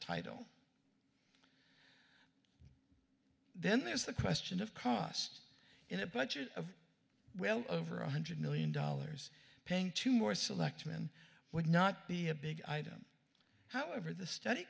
title then there's the question of cost in a budget of well over one hundred million dollars paying two more selectman would not be a big item however the study